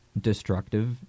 destructive